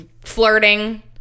flirting